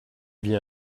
viens